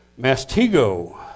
mastigo